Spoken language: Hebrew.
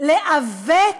לעוות